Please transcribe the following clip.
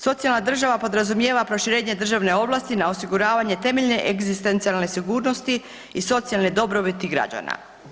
Socijalna država podrazumijeva proširenje državne ovlasti na osiguravanje temeljne egzistencijalne sigurnosti i socijalne dobrobiti građana.